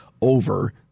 over